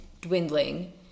dwindling